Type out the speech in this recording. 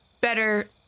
better